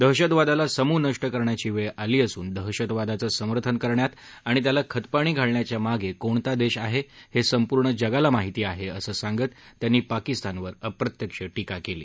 दहशतवादालात समूळ नष्ट करण्याची वेळ आली असून दहशतवादाचं समर्थन करण्यात आणि त्याला खतपाणी घालण्याच्या मागे कोणता देश आहे हे संपूर्ण जगाला माहिती आहे असं सांगत त्यांनी पाकिस्तानवर अप्रत्यक्ष टीका केली